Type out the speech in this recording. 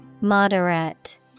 Moderate